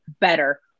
better